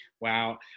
Wow